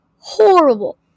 Horrible